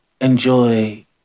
enjoy